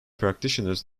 practitioners